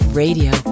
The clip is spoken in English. radio